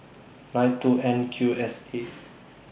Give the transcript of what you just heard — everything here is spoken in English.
nine two N Q S eight